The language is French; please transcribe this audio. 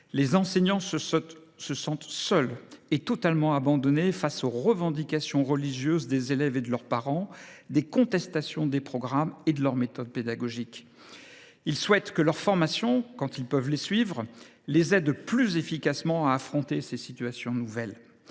Ces derniers se sentent seuls et totalement abandonnés face aux revendications religieuses des élèves et de leurs parents, face aux contestations des programmes et de leur méthode pédagogique. Ils souhaitent que leurs formations, quand ils peuvent les suivre, les aident plus efficacement à affronter ces situations nouvelles.